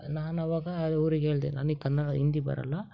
ನಾನು ಅವಾಗ ಅವ್ರಿಗೆ ಹೇಳ್ದೆ ನನಗ್ ಕನ್ನಡ ಹಿಂದಿ ಬರೋಲ್ಲ